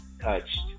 Touched